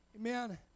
Amen